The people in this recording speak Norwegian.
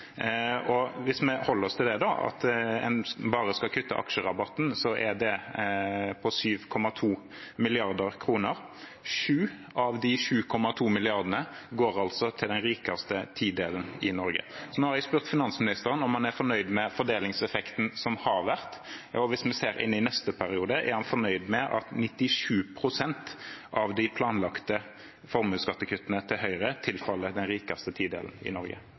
Hvis vi holder oss til at man bare skal kutte aksjerabatten, er den på 7,2 mrd. kr. Sju av de 7,2 milliardene går altså til den rikeste tidelen i Norge. Nå har jeg spurt finansministeren om han er fornøyd med fordelingseffekten som har vært. Hvis vi ser inn i neste periode – er han fornøyd med at 97 pst. av de planlagte formuesskattekuttene til Høyre tilfaller den rikeste tidelen i Norge?